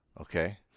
Okay